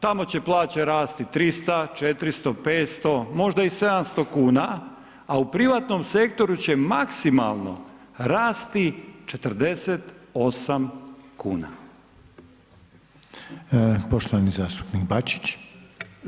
Tamo će plaće rasti 300, 400, 500, možda i 700 kuna, a u privatnom sektoru će maksimalno rasti 48 kuna.